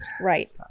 right